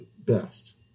best